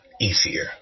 easier